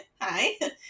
hi